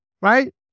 right